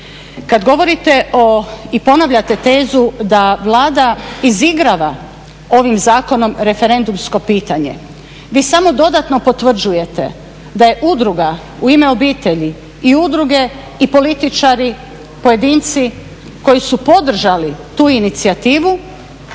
Kad govorite i ponavljate tezu da Vlada izigrava ovim zakonom referendumsko pitanje, vi samo dodatno potvrđujete da je udruga "U ime obitelji" i udruge i političari, pojedinci koji su podržali tu inicijativu,